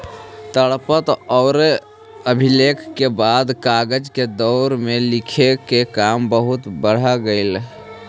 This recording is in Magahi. ताड़पत्र औउर अभिलेख के बाद कागज के दौर में लिखे के काम बहुत बढ़ गेलई